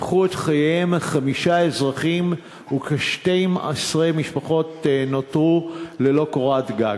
קיפחו את חייהם חמישה אזרחים וכ-12 משפחות נותרו ללא קורת גג.